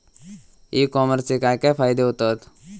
E कॉमर्सचे काय काय फायदे होतत?